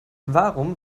warum